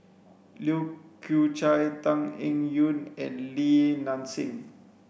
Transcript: Lai Kew Chai Tan Eng Yoon and Li Nanxing